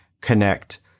connect